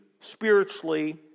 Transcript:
spiritually